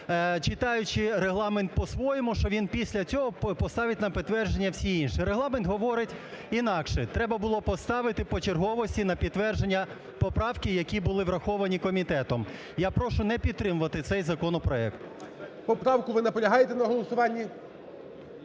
читаючи Регламент по-своєму, що він після цього поставить на підтвердження всі інші. Регламент говорить інакше: треба було поставити по черговості на підтвердження поправки, які були враховані комітетом. Я прошу не підтримувати цей законопроект. ГОЛОВУЮЧИЙ. Поправку ви наполягаєте на голосуванні?